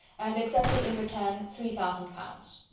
and accepted in return three thousand pounds.